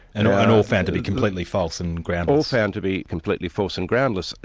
and ah but all found to be completely false and groundless. all found to be completely false and groundless,